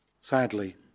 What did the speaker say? Sadly